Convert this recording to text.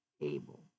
able